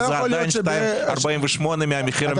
זה עדיין 2.48% מהמחיר המקורי.